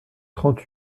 trente